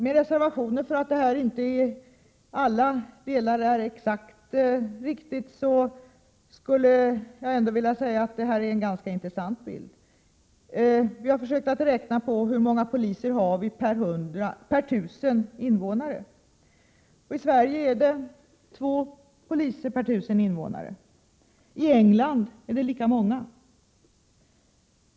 Med reservation för att resultatet inte till alla delar är exakt riktigt, vill jag ändå säga att det är en ganska intressant bild man får. Vi har försökt räkna hur många polistjänster man har per 1 000 invånare. I Sverige är det 2 poliser per 1 000 invånare, och i England är det lika många.